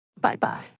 Bye-bye